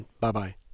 Bye-bye